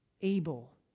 able